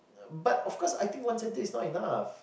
but of course I think one center is not enough